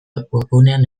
webgunean